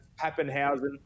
Pappenhausen